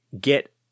get